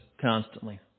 constantly